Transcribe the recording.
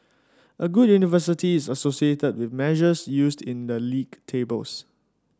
a good university is associated with measures used in the league tables